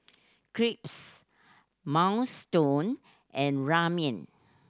Crepes Minestrone and Ramen